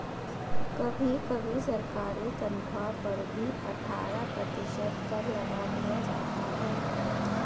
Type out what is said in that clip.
कभी कभी सरकारी तन्ख्वाह पर भी अट्ठारह प्रतिशत कर लगा दिया जाता है